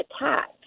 attack